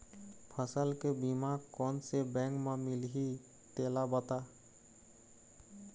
फसल के बीमा कोन से बैंक म मिलही तेला बता?